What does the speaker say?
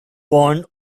born